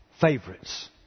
favorites